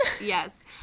yes